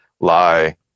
lie